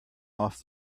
off